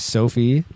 Sophie